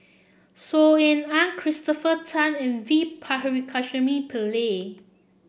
Saw Ean Ang Christopher Tan and V Pakirisamy Pillai